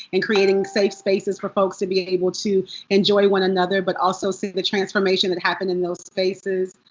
and creating safe spaces for folks to be able to enjoy one another, but also see the transformation that happened in those spaces.